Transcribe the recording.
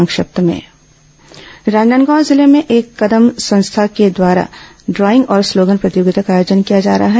संक्षिप्त समाचार राजनादगाव जिले में एक कदम संस्था के द्वारा ड्राईंग और स्लोगन प्रतियोगिता का आयोजन किया जा रहा है